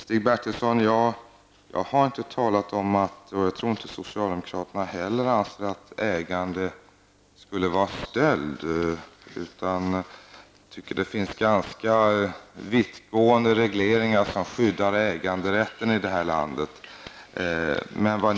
Stig Bertilsson, jag har inte talat om, och jag tror inte socialdemokraterna heller anser, att ägande skulle vara stöld. Det finns ganska vittgående regleringar som skyddar äganderätten i det här landet.